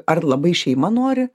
ar labai šeima nori